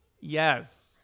Yes